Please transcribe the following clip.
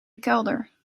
kelder